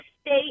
state